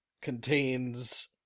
contains